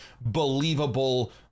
believable